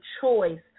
choice